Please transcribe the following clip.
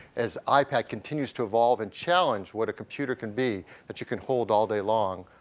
as ipad continues to evolve and challenge what a computer can be that you can hold all day long,